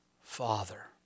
Father